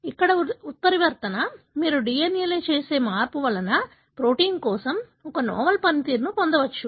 ఇక్కడ ఉత్పరివర్తన మీరు DNA లో చూసే మార్పు వలన ప్రోటీన్ కోసం ఒక నవల పనితీరును పొందవచ్చు